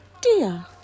dear